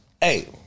Hey